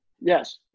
Yes